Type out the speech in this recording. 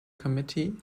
committee